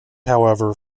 however